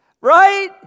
Right